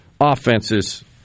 offenses